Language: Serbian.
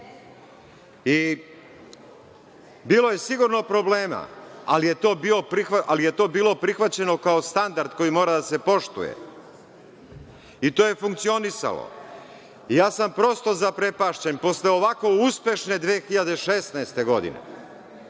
Bilo je sigurno problema, ali je to bilo prihvaćeno kao standard koji mora da se poštuje, i to je funkcionisalo. Prosto sam zaprepašćen, posle ovako uspešne 2016. godine,